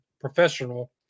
professional